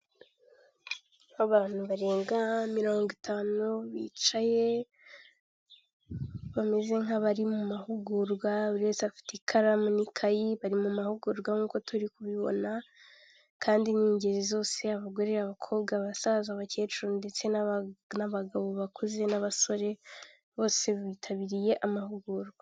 Abantu barenga mirongo itanu, bicaye bameze nk'abari mu mahugurwa, buri wese afite ikaramu n'ikayi, bari mu mahugurwa nkuko turi kubibona kandi ni ingeri zose: abagore, abakobwa, abasaza abakecuru ndetse n'abagabo bakuze, n'abasore bose bitabiriye amahugurwa.